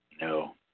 No